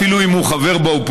אפילו אם הוא חבר באופוזיציה,